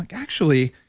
like actually,